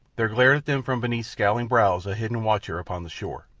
there glared at them from beneath scowling brows a hidden watcher upon the shore.